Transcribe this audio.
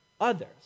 others